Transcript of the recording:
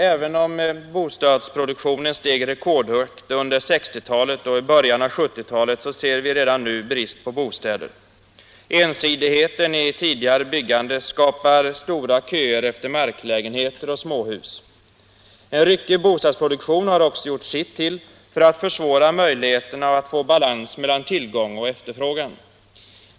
Även om bostadsproduktionen steg rekordhögt under 1960-talet och i början av 1970-talet, ser vi redan nu en brist på bostäder. Ensidigheten i tidigare byggande skapade stora köer efter marklägenheter och småhus. En ryckig bostadsproduktion har också gjort sitt till för att försvåra möjligheten att få balans mellan tillgång och efterfrågan.